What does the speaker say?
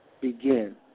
begin